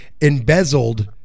embezzled